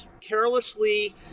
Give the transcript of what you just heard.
carelessly